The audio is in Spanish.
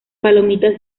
palomitas